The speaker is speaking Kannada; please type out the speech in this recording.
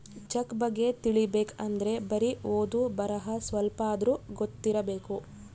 ಚೆಕ್ ಬಗ್ಗೆ ತಿಲಿಬೇಕ್ ಅಂದ್ರೆ ಬರಿ ಓದು ಬರಹ ಸ್ವಲ್ಪಾದ್ರೂ ಗೊತ್ತಿರಬೇಕು